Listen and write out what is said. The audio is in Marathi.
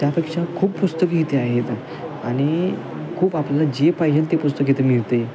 त्यापेक्षा खूप पुस्तकं इथे आहेत आणि खूप आपल्याला जे पाहिजेल ते पुस्तक इथे मिळते